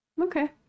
Okay